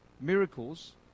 miracles